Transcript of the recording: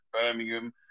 Birmingham